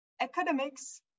Academics